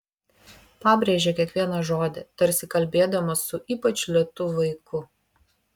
pabrėžė kiekvieną žodį tarsi kalbėdama su ypač lėtu vaiku